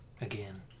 again